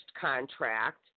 contract